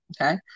okay